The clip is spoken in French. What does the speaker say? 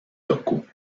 locaux